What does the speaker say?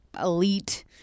elite